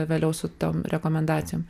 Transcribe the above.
vėliau su tom rekomendacijom